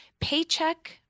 paycheck